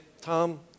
Tom